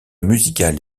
musical